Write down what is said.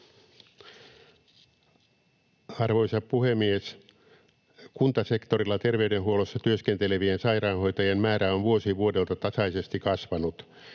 Arvoisa puhemies! Kuntasektorilla terveydenhuollossa työskentelevien sairaanhoitajien määrä on vuosi vuodelta tasaisesti kasvanut.